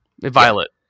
Violet